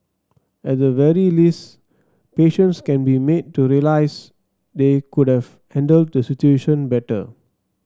at the very least patients can be made to realize they could have handled the situation better